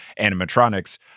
animatronics